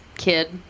kid